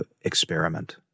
experiment